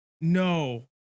No